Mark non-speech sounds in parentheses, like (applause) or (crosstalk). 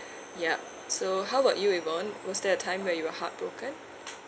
(breath) yup so how about you yvonne was there a time where you were heartbroken